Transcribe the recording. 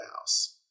house